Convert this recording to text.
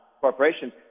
corporations